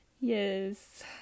Yes